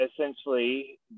essentially